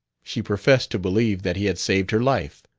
she professed to believe that he had saved her life.